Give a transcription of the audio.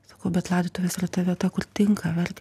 sakau bet laidotuvės yra ta vieta kur tinka verkt